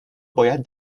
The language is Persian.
باید